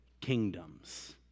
kingdoms